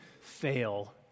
fail